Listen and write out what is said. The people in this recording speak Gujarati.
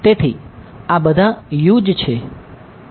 તેથી આ બધા U જ છે